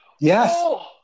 yes